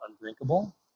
undrinkable